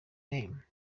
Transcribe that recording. name